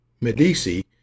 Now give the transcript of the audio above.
Medici